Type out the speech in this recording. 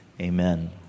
amen